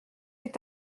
est